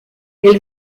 elle